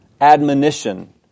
admonition